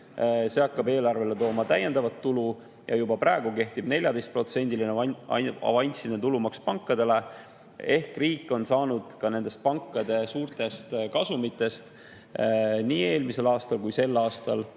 ja hakkab eelarvele tooma täiendavat tulu. Juba praegu kehtib 14%‑line avansiline tulumaks pankadele ehk riik on saanud nendest pankade suurtest kasumitest eelmisel aastal ja saab ka sel